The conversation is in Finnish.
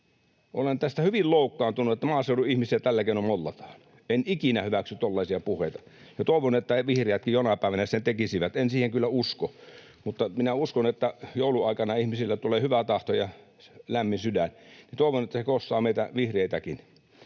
Olen tästä hyvin loukkaantunut, että maaseudun ihmisiä tällä keinoin mollataan. En ikinä hyväksy tuollaisia puheita, ja toivon, että vihreätkin jonain päivänä näin tekisivät. En siihen kyllä usko, mutta minä uskon, että joulun aikana ihmisille tulee hyvä tahto ja lämmin sydän. Toivon, että se koskee vihreitäkin.